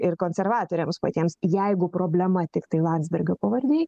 ir konservatoriams patiems jeigu problema tiktai landsbergio pavardėj